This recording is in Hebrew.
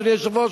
אדוני היושב-ראש,